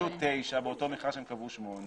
תשע באותו מכרז שהם קבעו שמונה